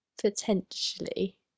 Potentially